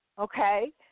Okay